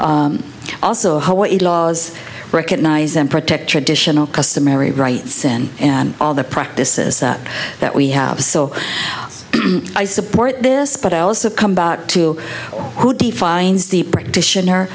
s also what laws recognize and protect traditional customary rights in and all the practices that that we have so i support this but i also come back to who defines the practitioner